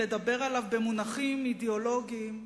לדבר עליו במונחים אידיאולוגיים,